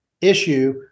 issue